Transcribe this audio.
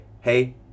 hey